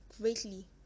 Greatly